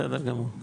בסדר גמור,